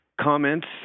comments